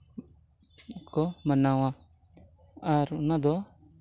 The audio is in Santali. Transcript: ᱠᱚ ᱢᱟᱱᱟᱣᱟ ᱟᱨ ᱚᱱᱟᱫᱚ